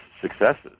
successes